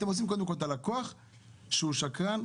אתם עושים קודם כל את הלקוח שהוא שקרן,